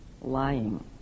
lying